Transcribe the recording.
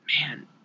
man